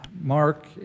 Mark